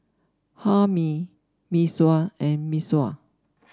Hae Mee Mee Sua and Mee Sua